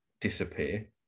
disappear